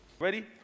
Ready